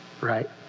right